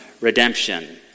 redemption